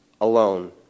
alone